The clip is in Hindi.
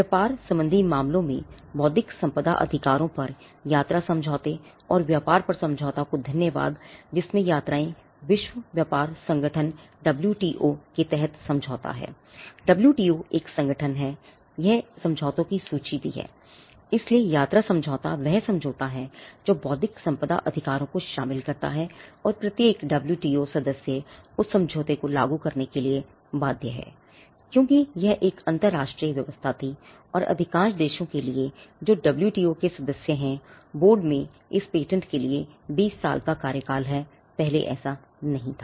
व्यापार संबंधी मामलों में बौद्धिक संपदा अधिकारों पर यात्रा समझौते और व्यापार पर समझौता को धन्यवाद जिसमें यात्राएं विश्व व्यापार संगठन डब्ल्यूटीओ के सभी सदस्य हैं बोर्ड में इस पैटेंट के लिए 20 साल का कार्यकाल है पहले ऐसा नहीं था